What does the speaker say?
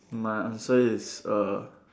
my answer is err